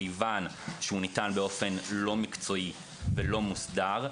כיוון שהוא ניתן באופן לא מקצועי ולא מוסדר.